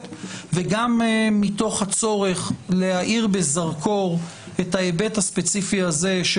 וגם מתוך הצורך להאיר בזרקור את ההיבט הספציפי הזה של